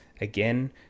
again